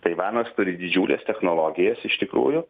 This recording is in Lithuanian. taivanas turi didžiules technologijas iš tikrųjų